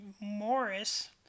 Morris